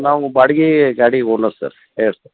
ನಾವು ಬಾಡ್ಗೆ ಗಾಡಿ ಓನರ್ ಸರ್ ಹೇಳಿರೀ